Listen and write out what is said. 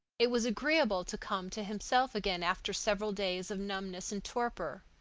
it was agreeable to come to himself again after several days of numbness and torpor.